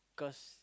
cause